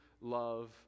love